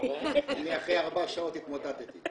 אני אחרי ארבע שעות התמוטטתי,